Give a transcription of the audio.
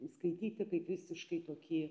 skaityti kaip visiškai tokį